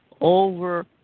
over